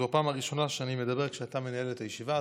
זו הפעם הראשונה שאני מדבר כשאתה מנהל את הישיבה,